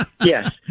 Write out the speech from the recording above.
Yes